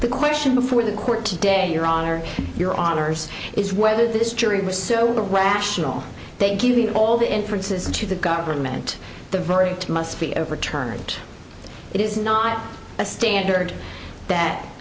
the question before the court today your honor your honour's is whether this jury was so rational they'd given all the inferences to the government the verdict must be overturned it is not a standard that